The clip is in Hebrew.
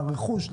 לרכוש,